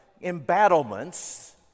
embattlements